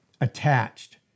attached